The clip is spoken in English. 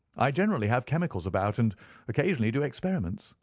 i generally have chemicals about, and occasionally do experiments.